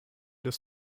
des